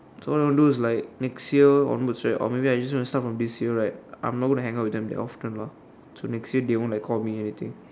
so what I want to do is like next year onwards right or maybe I just want to start from this year right I'm not going to hang out with them that often lah so next year they won't like call me anything